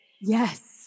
Yes